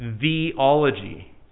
Theology